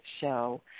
show